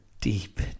deep